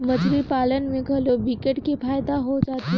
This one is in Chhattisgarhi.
मछरी पालन में घलो विकट के फायदा हो जाथे